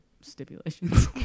stipulations